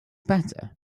better